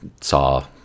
saw